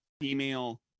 female